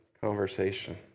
conversation